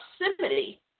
proximity